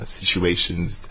situations